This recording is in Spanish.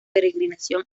peregrinación